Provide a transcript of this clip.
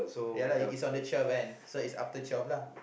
yeah lah is on the twelve and so is after twelve lah